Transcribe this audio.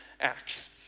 Acts